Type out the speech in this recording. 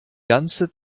ganze